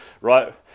right